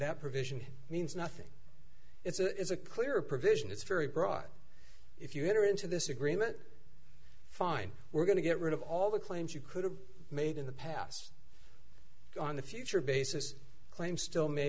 that provision means nothing it's a clear provision it's very broad if you enter into this agreement fine we're going to get rid of all the claims you could have made in the pass on the future basis claim still may